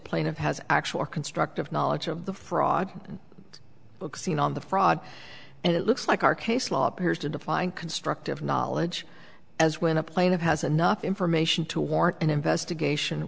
plaintiff has actual constructive knowledge of the fraud but seen on the fraud and it looks like our case law appears to define constructive knowledge as when a plane of has enough information to warrant an investigation